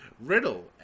Riddle